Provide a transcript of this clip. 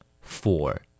Four